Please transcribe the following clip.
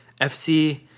FC